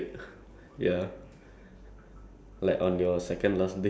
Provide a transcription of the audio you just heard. like do do do like stupid things that you never do before or something